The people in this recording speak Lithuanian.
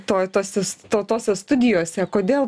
tose studijose kodėl